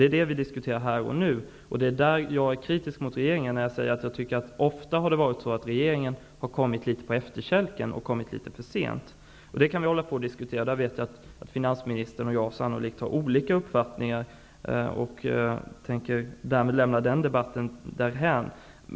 Det är detta vi diskuterar här och nu. Jag riktar kritik mot att regeringen ofta har kommit litet på efterkälken. Detta kan vi hålla på att diskutera, men jag vet att finansministern och jag sannolikt har olika uppfattningar. Därmed tänker jag lämna den debatten därhän.